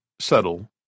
Subtle